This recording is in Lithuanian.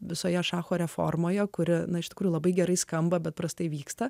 visoje šacho reformoje kuri na iš tikrųjų labai gerai skamba bet prastai vyksta